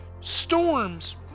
Storms